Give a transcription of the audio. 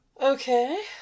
Okay